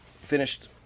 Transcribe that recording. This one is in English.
finished